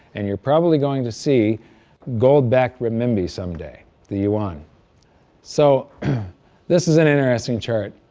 and you're probably going to see gold-backed renminbi someday the yuan so this is an interesting chart